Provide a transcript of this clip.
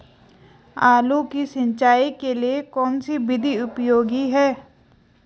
आलू की सिंचाई के लिए कौन सी विधि उपयोगी है?